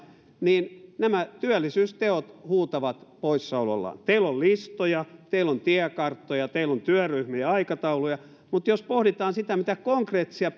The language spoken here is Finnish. niin nämä työllisyysteot huutavat poissaolollaan teillä on listoja teillä on tiekarttoja teillä on työryhmiä ja aikatauluja mutta jos pohditaan mitä konkreettisia